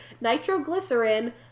nitroglycerin